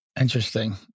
Interesting